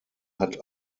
hat